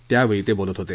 त्यावेळी ते बोलत होते